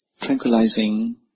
tranquilizing